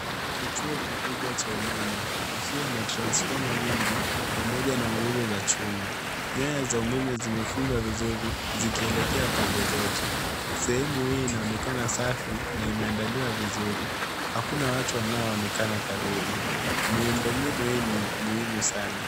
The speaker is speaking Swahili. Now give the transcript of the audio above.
Kituo kikubwa cha umeme, kikiwa na transfoma nyingi pamoja na nguzo za chuma. Nyaya za umeme zimefungwa vizuri, zikielekea pande zote. Sehemu hii inaonekana safi na imeandaliwa vizuri. Hakuna watu wanaoonekana karibu. Miundombinu hii ni muhimu sana.